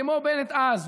כמו בנט אז,